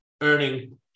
earning